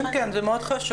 כן, זה מאוד חשוב.